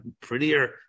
prettier